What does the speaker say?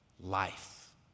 life